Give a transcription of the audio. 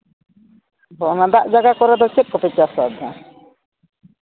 ᱫᱟᱜ ᱡᱟᱭᱜᱟ ᱠᱚᱨᱮ ᱫᱚ ᱪᱮᱫ ᱠᱚᱯᱮ ᱪᱟᱥᱟ